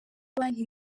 banki